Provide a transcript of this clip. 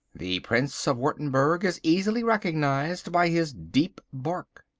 the prince of wurttemberg is easily recognised by his deep bark.